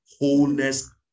wholeness